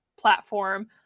platform